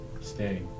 stay